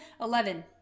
Eleven